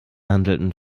handelten